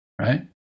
right